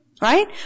Right